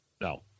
No